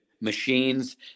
machines